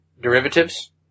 derivatives